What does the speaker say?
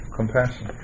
compassion